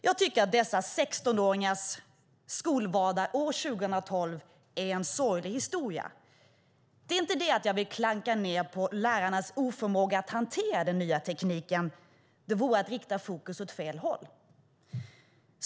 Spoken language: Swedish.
Jag tycker att dessa 16-åringars skolvardag år 2012 är en sorglig historia. Det är inte det att jag vill klanka ned på lärarnas oförmåga att hantera den nya tekniken. Det vore att rikta fokus åt fel håll.